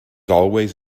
always